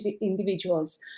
individuals